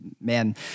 man